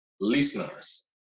listeners